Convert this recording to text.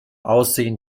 aussehen